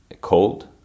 cold